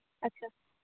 ᱟᱪᱪᱷᱟ